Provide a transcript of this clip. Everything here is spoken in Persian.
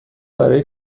برای